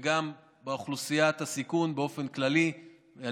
וגם באוכלוסיית הסיכון באופן כללי על